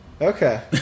Okay